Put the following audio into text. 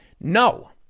No